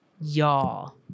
Y'all